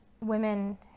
women